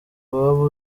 waba